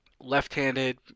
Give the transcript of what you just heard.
left-handed